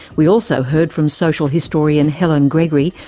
we also heard from social historian helen gregory,